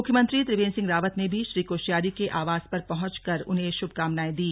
मुख्यमंत्री त्रिवेंद्र सिंह रावत ने भी श्री कोश्यारी के आवास पर पहुंचकर उन्हें शुभकामनायें दी